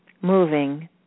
moving